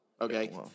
Okay